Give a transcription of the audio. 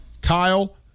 Kyle